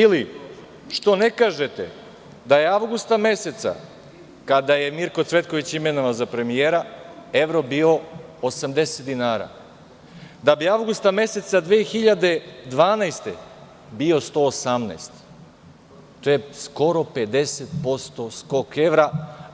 Ili, što ne kažete da je avgusta meseca, kada je Mirko Cvetković imenovan za premijera, evro bio 80 dinara, da bi avgusta meseca 2012. godine bio 118, to je skoro 50% skok evra,